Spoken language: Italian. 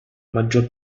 maggior